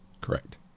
Correct